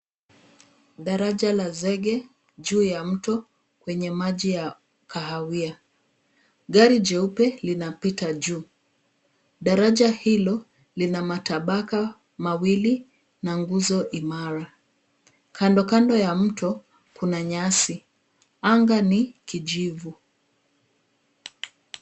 Daraja la zege juu ya mto kwenye maji ya kahawia. Gari jeupe linapita juu. Daraja hilo lina matabaka mawili na nguzo imara. Kandokando ya mto kuna nyasi. Anga ni kijivu.